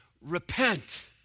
Repent